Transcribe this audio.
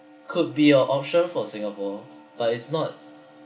could be your option for singapore but it's not